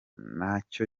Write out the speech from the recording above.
nacyo